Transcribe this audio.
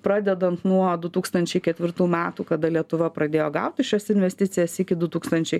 pradedant nuo du tūkstančiai ketvirtų metų kada lietuva pradėjo gauti šias investicijas iki du tūkstančiai